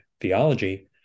theology